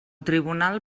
tribunal